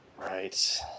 Right